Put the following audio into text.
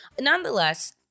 Nonetheless